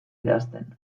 idazten